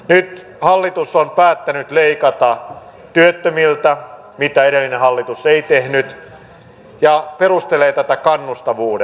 nyt hallitus on päättänyt leikata työttömiltä mitä edellinen hallitus ei tehnyt ja perustelee tätä kannustavuudella